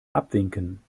abwinken